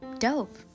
Dope